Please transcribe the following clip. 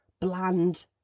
bland